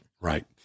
Right